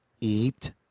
Eat